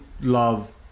love